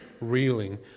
reeling